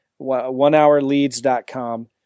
onehourleads.com